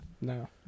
No